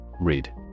Read